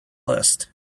list